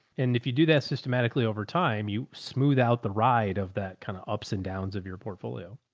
and if you do that systematically over time, you smooth out the ride of that kind of ups and downs of your portfolio.